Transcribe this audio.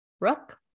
rook